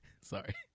Sorry